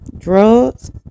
Drugs